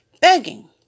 begging